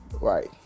Right